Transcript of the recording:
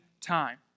time